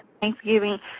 Thanksgiving